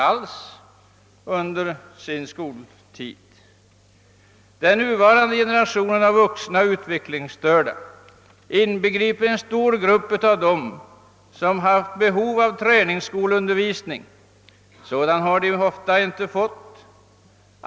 Den nuvarande generationen vuxna utvecklingsstörda omfattar en stor grupp som haft behov av träningsskolundervisning men inte fått sådan.